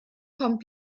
kommt